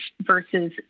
versus